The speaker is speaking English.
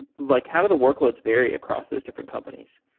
like how do the workloads vary across those different companies?